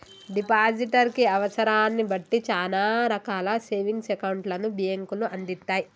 depositor కి అవసరాన్ని బట్టి చానా రకాల సేవింగ్స్ అకౌంట్లను బ్యేంకులు అందిత్తయ్